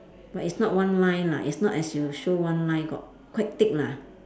but is not one line lah is not as you show one line got quite thick lah